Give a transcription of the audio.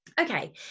Okay